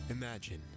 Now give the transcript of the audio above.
Imagine